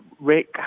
Rick